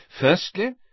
Firstly